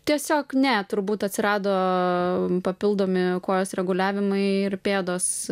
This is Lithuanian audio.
tiesiog ne turbūt atsirado papildomi kojos reguliavimai ir pėdos